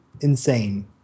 insane